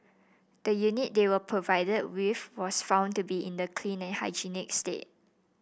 the unit they were provided with was found to be in a clean and hygienic state